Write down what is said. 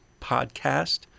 Podcast